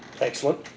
Excellent